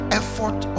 effort